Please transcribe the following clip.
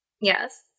yes